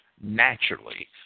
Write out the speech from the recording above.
naturally